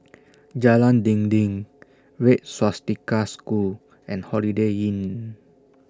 Jalan Dinding Red Swastika School and Holiday Inn